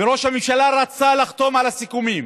וראש הממשלה רצה לחתום על הסיכומים.